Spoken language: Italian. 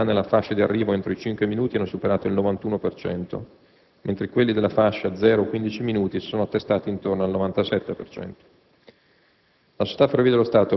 Infatti, gli *standard* di puntualità nella fascia di arrivo entro i 5 minuti hanno superato il 91 per cento, mentre quelli della fascia 0-15 minuti si sono attestati intorno al 97